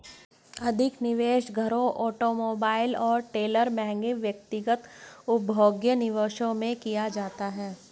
अधिक निवेश घरों ऑटोमोबाइल और ट्रेलरों महंगे व्यक्तिगत उपभोग्य निवेशों में किया जाता है